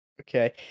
Okay